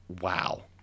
wow